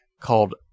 called